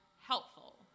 helpful